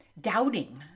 doubting